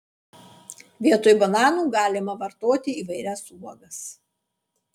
vietoj bananų galima vartoti įvairias uogas